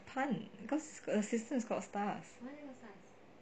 pun because the system is called stars